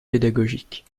pédagogique